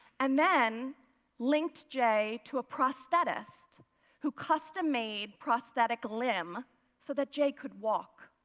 and then linked jay to a prosthetist who custom made prosthetic limb so that jay could walk.